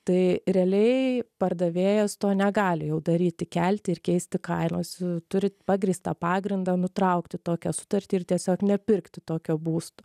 tai realiai pardavėjas to negali jau daryti kelti ir keisti kainos turi pagrįstą pagrindą nutraukti tokią sutartį ir tiesiog nepirkti tokio būsto